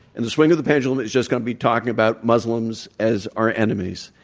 and the swing of the pendulum is just going to be talking about muslims as our enemies,